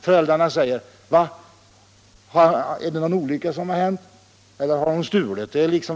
Föräldrarna säger: ”Är det någon olycka som har hänt, eller har de stulit?